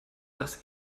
das